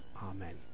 Amen